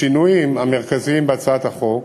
השינויים המרכזיים בהצעת החוק: